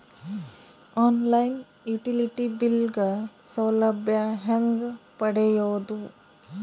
On line utility bill ಗ ಸೌಲಭ್ಯ ಹೇಂಗ ಪಡೆಯೋದು?